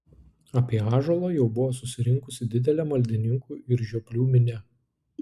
apie ąžuolą jau buvo susirinkusi didelė maldininkų ir žioplių minia